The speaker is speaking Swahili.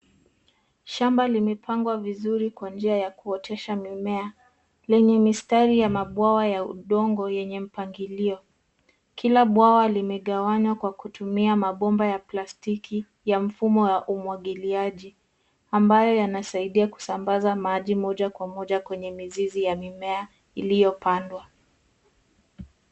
Shamba limepangwa vizuri kwa njia ya kuotesha mimea lenye mistari ya mabwawa ya udongo yenye mpangilio. Kila bwawa limegawanywa kwa kutumia mabomba ya plastiki ya mfumo wa umwagiliaji, ambayo yanasaidia kusambaza maji moja kwa moja kwenye mizizi ya mimea iliyopandwa.